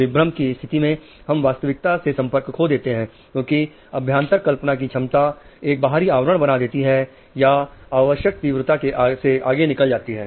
विभ्रम की स्थिति में हम वास्तविकता से संपर्क खो देते हैं क्योंकि अभ्यांतर कल्पना की क्षमता एक बाहरी आवरण बना देती है या आवश्यक तीव्रता के आगे निकल जाती है